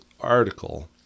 article